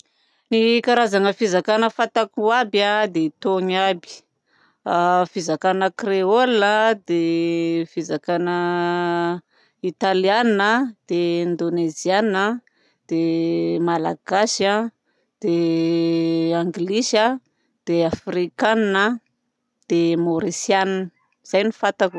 Ny karazana fizakana fantako aby a dia itony aby fizakana créol, a de fizakana italiana, dia indonezianina, dia malagasy, dia anglisy a, dia afrikanina, dia môrisianina. Izay no fantako.